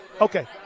Okay